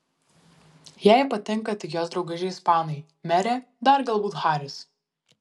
jai patinka tik jos draugužiai ispanai merė dar galbūt haris